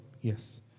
Yes